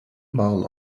mile